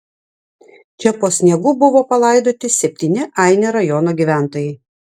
čia po sniegu buvo palaidoti septyni aini rajono gyventojai